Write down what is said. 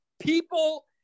People